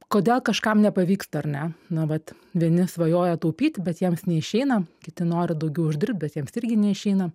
kodėl kažkam nepavyksta ar ne na vat vieni svajoja taupyti bet jiems neišeina kiti nori daugiau uždirbt bet jiems irgi neišeina